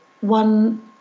one